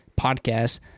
podcast